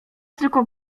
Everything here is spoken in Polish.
tylko